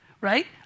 right